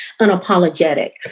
unapologetic